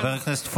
חבר הכנסת פורר,